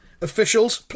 officials